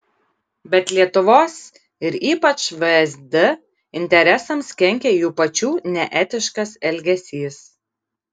bet lietuvos ir ypač vsd interesams kenkia jų pačių neetiškas elgesys